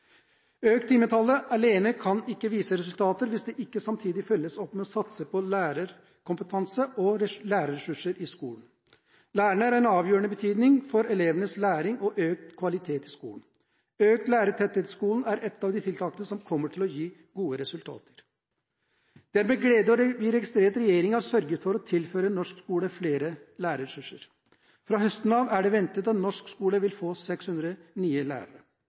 Økt timetall alene gir ikke resultater hvis det ikke samtidig følges opp ved å satse på lærerkompetanse og lærerressurser i skolen. Lærerne er av avgjørende betydning for elevenes læring og økt kvalitet i skolen. Økt lærertetthet i skolen er et av de tiltakene som kommer til å gi gode resultater. Det er med glede vi registrerer at regjeringen sørger for å tilføre norsk skole flere lærerressurser. Fra høsten av er det ventet at norsk skole vil få 600 nye lærere.